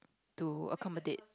to accommodate